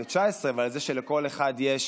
עושה את זה פשוט כי הוא חסר